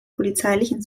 polizeilichen